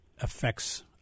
affects